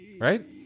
Right